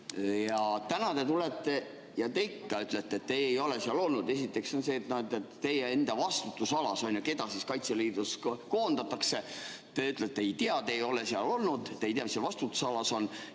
ja täna te tulete ja ikka ütlete, et teie ei ole seal olnud. Esiteks, teie enda vastutusala. Keda siis Kaitseliidus koondatakse? Te ütlete, et ei tea, te ei ole seal olnud, te ei tea, mis seal vastutusalas on,